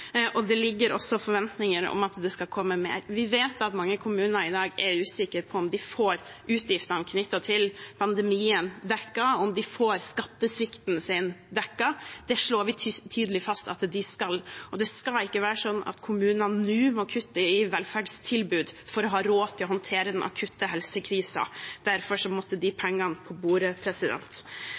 og det er også forventninger om at det skal komme mer. Vi vet at mange kommuner i dag er usikre på om de får utgiftene knyttet til pandemien dekket, om de får skattesvikten sin dekket. Det slår vi tydelig fast at de får. Det skal ikke være sånn at kommunene nå må kutte i velferdstilbud for å ha råd til å håndtere den akutte helsekrisen. Derfor måtte de pengene på bordet.